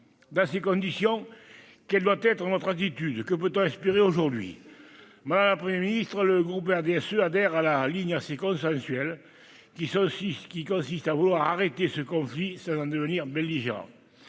Dans ces conditions, quelle doit être notre attitude ? Que peut-on espérer aujourd'hui ? Madame la Première ministre, le groupe RDSE adhère à la ligne assez consensuelle qui consiste à vouloir arrêter ce conflit, sans en devenir belligérants.